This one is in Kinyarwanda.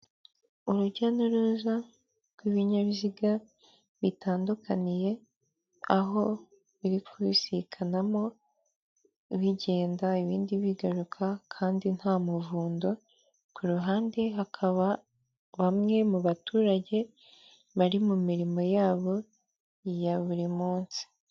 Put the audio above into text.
Urujya n'uruza rw'ibinyabiziga bitandukaniye ,aho biri kubisikanamo bigenda ibindi bigaruka kandi nta muvundo ku ruhande hakaba bamwe mu baturage bari mu mirimo yabo ya buri munsi.